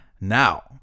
Now